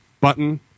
button